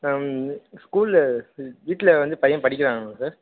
ஸ்கூல்ல வீட்டில வந்து பையன் படிக்கிறானாங்க சார்